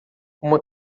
uma